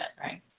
right